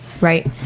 right